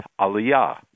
Aliyah